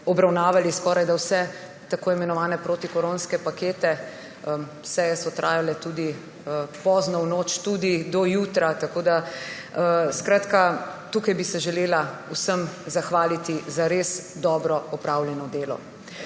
obravnavali skorajda vse tako imenovane protikoronske pakete. Seje so trajale tudi pozno v noč, tudi do jutra. Skratka, tukaj bi se želela vsem zahvaliti za res dobro opravljeno dobro